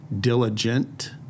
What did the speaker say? diligent